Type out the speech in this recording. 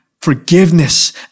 forgiveness